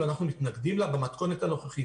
ואנחנו מתנגדים לה במתכונת הנוכחית.